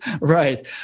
Right